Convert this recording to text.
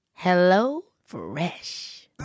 HelloFresh